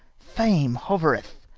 fame hovereth,